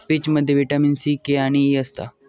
पीचमध्ये vitamin C, K आणि E असता